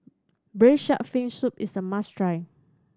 Braised Shark Fin Soup is a must try